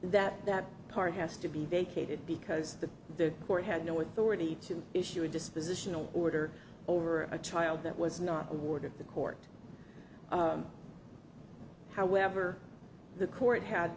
that that part has to be vacated because the court had no authority to issue a dispositional order over a child that was not awarded to the court however the court had